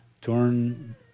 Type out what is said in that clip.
torn